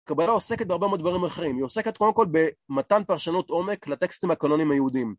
הקבלה עוסקת בהרבה מאוד דברים אחרים, היא עוסקת קודם כל במתן פרשנות עומק לטקסטים הקלונים היהודיים